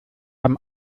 haben